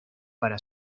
para